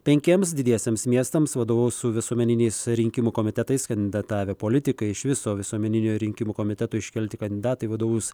penkiems didiesiems miestams vadovaus su visuomeniniais rinkimų komitetais kandidatavę politikai iš viso visuomeninių rinkimų komitetų iškelti kandidatai vadovaus